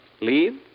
Leave